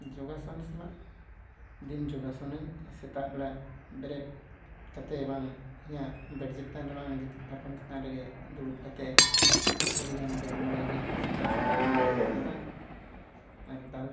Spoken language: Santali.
ᱡᱳᱜᱟᱥᱚᱱ ᱥᱟᱞᱟᱜ ᱫᱤᱱ ᱡᱳᱜᱟᱥᱚᱱᱟᱹᱧ ᱥᱮᱛᱟᱜ ᱵᱮᱲᱟ ᱵᱮᱨᱮᱫ ᱠᱟᱛᱮ ᱵᱟᱝ ᱤᱧᱟᱹᱜ ᱵᱮᱰ ᱪᱮᱛᱟᱱ ᱨᱮ ᱵᱟᱝ ᱯᱟᱨᱠᱚᱢ ᱪᱮᱛᱟᱱ ᱨᱮᱜᱮ ᱫᱩᱲᱩᱵ ᱠᱟᱛᱮᱫ ᱟᱹᱰᱤ ᱜᱟᱱ ᱵᱮᱭᱟᱢ ᱵᱟᱲᱟᱭ ᱜᱮᱭᱟᱹᱧ ᱥᱮᱛᱟᱜ ᱥᱮᱛᱟᱜ ᱟᱨ ᱵᱟᱝ